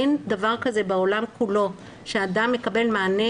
אין דבר כזה בעולם כולו שאדם מקבל מענה